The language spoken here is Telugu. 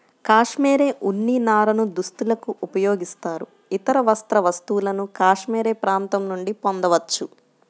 కాష్మెరె ఉన్ని నారను దుస్తులకు ఉపయోగిస్తారు, ఇతర వస్త్ర వస్తువులను కాష్మెరె ప్రాంతం నుండి పొందవచ్చు